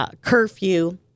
curfew